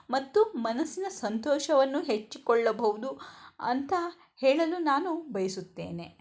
ಮತ್ತು ಮನಸ್ಸಿನ ಸಂತೋಷವನ್ನು ಹೆಚ್ಚಿಕೊಳ್ಳಬಹುದು ಅಂತ ಹೇಳಲು ನಾನು ಬಯಸುತ್ತೇನೆ